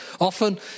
often